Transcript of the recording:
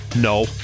no